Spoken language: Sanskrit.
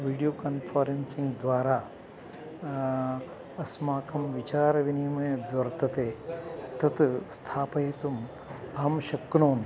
वीडियो कान्फ़रेन्सिङ्ग् द्वारा अस्माकं विचारविनिमय यद्वर्तते तत् स्थापयितुम् अहं शक्नोमि